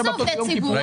שבתות ויום כיפור,